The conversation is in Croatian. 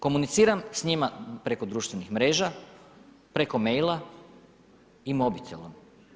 Komuniciram s njima preko društvenih mreža, preko maila i mobitela.